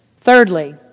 Thirdly